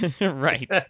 right